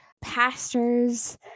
pastors